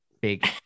big